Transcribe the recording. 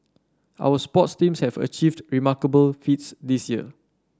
our sports teams have achieved remarkable feats this year